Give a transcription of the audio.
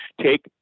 take